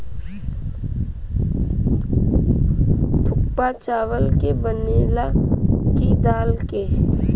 थुक्पा चावल के बनेला की दाल के?